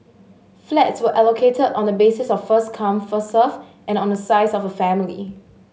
flats were allocated on the basis of first come first served and on the size of a family